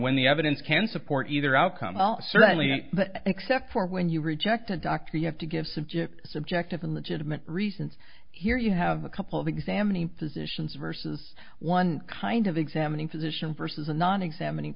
when the evidence can support either outcome certainly but except for when you reject a doctor you have to give subject subjective and legitimate reasons here you have a couple of examining physicians versus one kind of examining physician versus a non examining